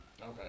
Okay